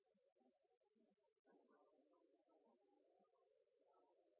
men vi har